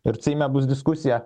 ir seime bus diskusija